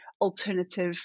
alternative